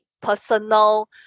personal